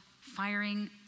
firing